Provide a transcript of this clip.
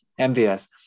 MVS